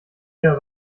ihr